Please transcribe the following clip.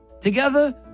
Together